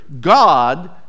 God